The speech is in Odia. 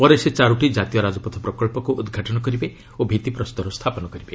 ପରେ ସେ ଚାରୋଟି ଜାତୀୟ ରାଜପଥ ପ୍ରକଳ୍ପକୁ ଉଦ୍ଘାଟନ କରିବେ ଓ ଭିଭିପ୍ରସ୍ତର ସ୍ଥାପନ କରିବେ